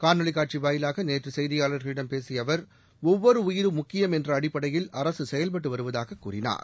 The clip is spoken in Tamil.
காணொலி காட்சி வாயிலாக நேற்று செய்தியாளர்களிடம் பேசிய அவா் ஒவ்வொரு உயிரும் முக்கியம் என்ற அடிப்படையில் அரசு செயல்பட்டு வருவதாகக் கூறினார்